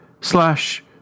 slash